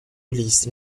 released